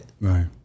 Right